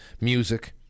music